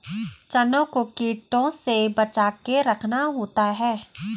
चनों को कीटों से बचाके रखना होता है